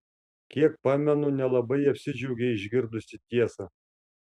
kiek pamenu nelabai apsidžiaugei išgirdusi tiesą